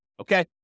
Okay